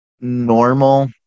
normal